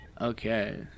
Okay